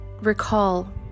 recall